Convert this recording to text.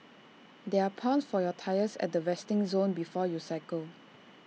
there are pumps for your tyres at the resting zone before you cycle